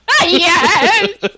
Yes